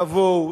תבואו,